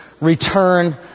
return